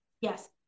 Yes